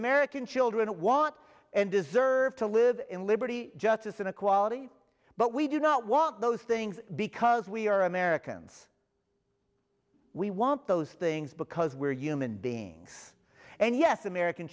american children want and deserve to live in liberty justice and equality but we do not want those things because we are americans we want those things because we're human beings and yes american